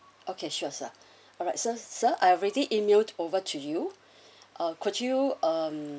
okay sure sir alright so sir I already emailed over to you uh could you um